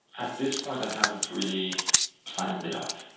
at this point i haven't really planned it out.